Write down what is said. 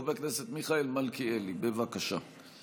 חבר הכנסת מיכאל מלכיאלי, בבקשה.